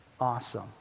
Awesome